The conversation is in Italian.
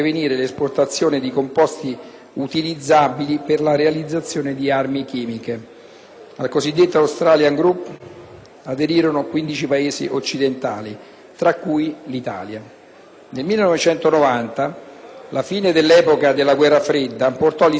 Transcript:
aderirono 15 Paesi occidentali, tra cui l'Italia. Nel 1990, la fine dell'epoca della guerra fredda portò gli Stati Uniti e l'Unione Sovietica a firmare un accordo per la distruzione e la non produzione di armi chimiche.